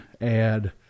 add